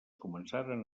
començaren